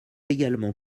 également